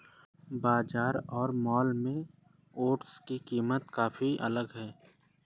बाजार और मॉल में ओट्स की कीमत काफी अलग है